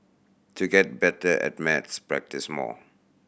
to get better at maths practise more